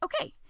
Okay